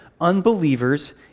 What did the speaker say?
unbelievers